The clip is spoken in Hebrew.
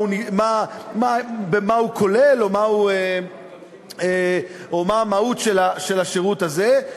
מה הוא כולל או מה המהות של השירות הזה.